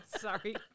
Sorry